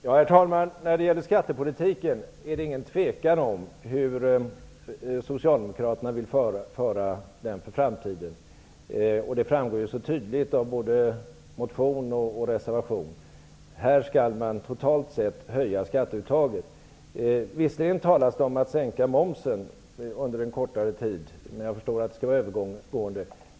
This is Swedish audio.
Herr talman! Det råder inget tvivel om hur Socialdemokraterna vill föra skattepolitiken i framtiden. Det framgår tydligt i både motion och reservation. Här skall totalt sett skatteuttaget höjas. Visserligen talas det om att sänka momsen under en kortare tid. Men jag förstår att det skall vara övergående.